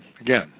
again